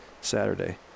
Saturday